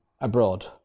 abroad